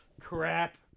Crap